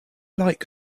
like